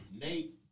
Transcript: Nate